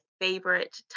favorite